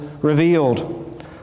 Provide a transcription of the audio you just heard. revealed